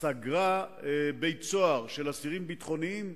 סגרה בית-סוהר של אסירים ביטחוניים,